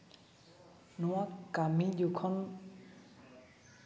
ᱱᱚᱣᱟ ᱠᱟᱹᱢᱤ ᱡᱚᱠᱷᱚᱱ